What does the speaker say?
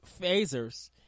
Phasers